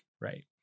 right